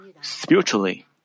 spiritually